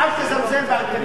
אל תזלזל באינטליגנציה שלך.